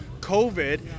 covid